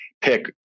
pick